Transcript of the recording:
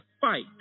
fight